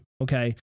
okay